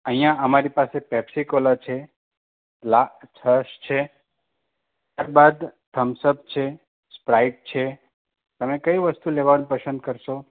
અહીંયા અમારી પાસે પેપ્સીકોલા છે થ્રસ્ટ છે ત્યારબાદ થમ્સ અપ છે સ્પ્રાઇટ છે તમે કઈ વસ્તુ લેવાની પસંદ કરશો